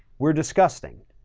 we're disgusting.